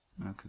Okay